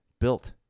built